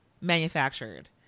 manufactured